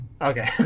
okay